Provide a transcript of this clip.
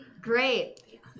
Great